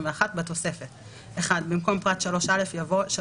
אנחנו כמובן כל יום עושים הערכת מצב מחודשת על תמונת התחלואה גם